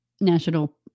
National